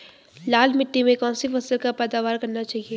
लाल मिट्टी में कौन सी फसल की पैदावार करनी चाहिए?